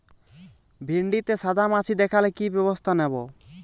ভিন্ডিতে সাদা মাছি দেখালে কি ব্যবস্থা নেবো?